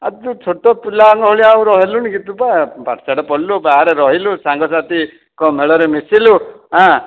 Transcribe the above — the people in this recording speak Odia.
ଆଉ ତୁ ଛୋଟ ପିଲାଙ୍କ ଭଳିଆ ରହିଲୁଣି କି ତୁ ବା ପାଠସାଠ ପଢିଲୁ ବାହାରେ ରହିଲୁ ସାଙ୍ଗସାଥିଙ୍କ ମେଳରେ ମିଶିଲୁ ଆଁ